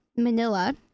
Manila